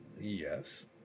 Yes